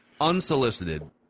unsolicited